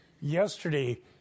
Yesterday